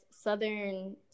Southern